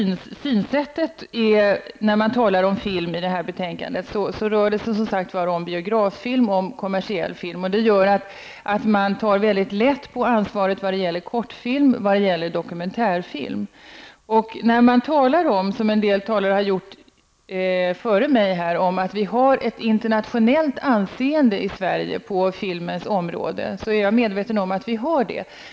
När man talar om film i betänkandet rör det sig som sagt om biograffilm och kommersiell film. Det gör att man tar väldigt lätt på ansvaret när det gäller kortfilm och dokumentärfilm. En del talare före mig i debatten har sagt att vi i Sverige har ett internationellt anseende på filmens område. Jag är medveten om att vi har det.